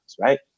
right